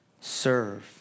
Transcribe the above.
Serve